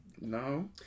No